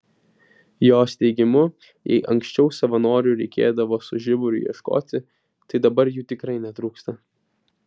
jos teigimu jei anksčiau savanorių reikėdavo su žiburiu ieškoti tai dabar jų tikrai netrūksta